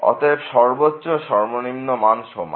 অতএব সর্বোচ্চ ও সর্বনিম্ন মান সমান